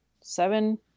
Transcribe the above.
seven